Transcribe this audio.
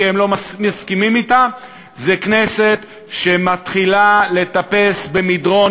הם לא מסכימים אתם זאת כנסת שמתחילה להידרדר במדרון